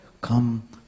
Come